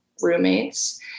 roommates